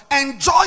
Enjoy